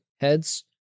heads